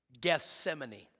Gethsemane